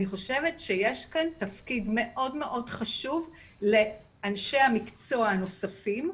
אני חושבת שיש כאן תפקיד מאוד מאוד חשוב לאנשי המקצוע הנוספים,